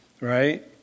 right